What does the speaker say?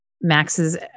max's